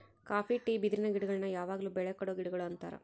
copy tea ಬಿದಿರಿನ ಗಿಡಗುಳ್ನ ಯಾವಗ್ಲು ಬೆಳೆ ಕೊಡೊ ಗಿಡಗುಳು ಅಂತಾರ